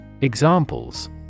Examples